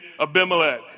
Abimelech